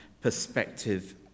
perspective